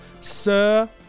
sir